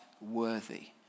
worthy